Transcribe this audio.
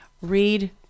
Read